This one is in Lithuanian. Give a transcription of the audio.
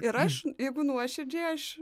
ir aš jeigu nuoširdžiai aš